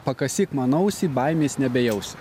pakasyk man ausį baimės nebejausi